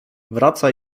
wraca